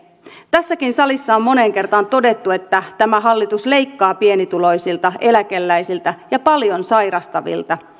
tässäkin salissa on moneen kertaan todettu että tämä hallitus leikkaa pienituloisilta eläkeläisiltä ja paljon sairastavilta